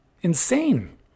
insane